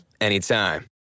anytime